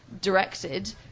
directed